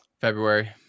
February